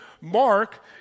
Mark